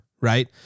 right